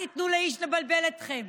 אל תיתנו לאיש לבלבל אתכם.